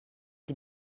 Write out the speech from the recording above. die